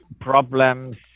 problems